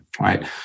right